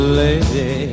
lady